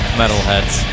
metalheads